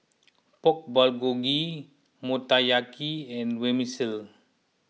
Pork Bulgogi Motoyaki and Vermicelli